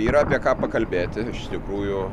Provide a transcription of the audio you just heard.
yra apie ką pakalbėti iš tikrųjų